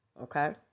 Okay